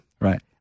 right